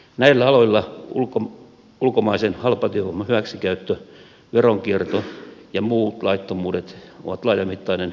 näillä aloilla ulkomaisen halpatyövoiman hyväksikäyttö veronkierto ja muut laittomuudet ovat laajamittainen ilmiö